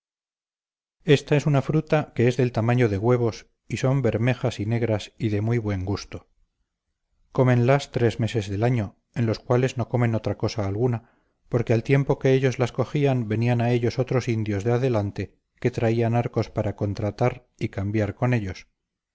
esta es una fruta que es del tamaño de huevos y son bermejas y negras y de muy buen gusto cómenlas tres meses del año en los cuales no comen otra cosa alguna porque al tiempo que ellos las cogían venían a ellos otros indios de adelante que traían arcos para contratar y cambiar con ellos